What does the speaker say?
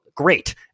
great